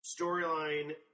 storyline